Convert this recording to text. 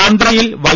ആന്ധ്രയിൽ വൈ